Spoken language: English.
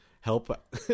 help